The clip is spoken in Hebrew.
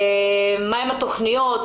מה הן התוכניות,